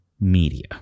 media